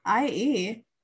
ie